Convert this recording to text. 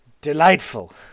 delightful